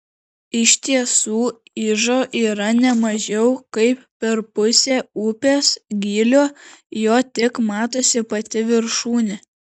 iš tiesų ižo yra ne mažiau kaip per pusę upės gylio jo tik matosi pati viršūnė